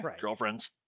girlfriends